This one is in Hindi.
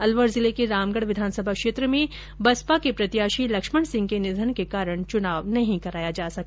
अलवर जिले के रामगढ़ विधानसभा क्षेत्र में बहुजन समाज पार्टी के प्रत्याशी लक्ष्मण सिंह के निधन के कारण चुनाव नहीं कराया जा सका